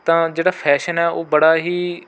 ਤਾਂ ਜਿਹੜਾ ਫੈਸ਼ਨ ਹੈ ਉਹ ਬੜਾ ਹੀ